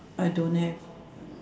I don't have